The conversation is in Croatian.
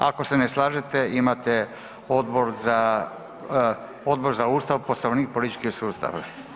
Ako se ne slažete imate Odbor za Ustav, Poslovnik i politički sustav.